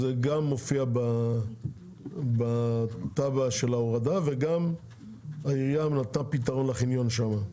זה גם מופיע בתב"ע של ההורדה וגם העירייה נתנה פתרון לחניון שם.